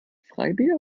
freibier